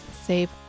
save